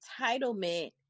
entitlement